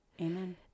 Amen